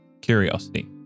Curiosity